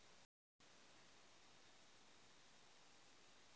मासिक प्रीमियम मुई अपना मोबाईल से करवा सकोहो ही?